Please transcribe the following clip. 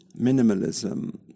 Minimalism